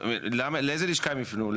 לאיזו לשכה הם יפנו?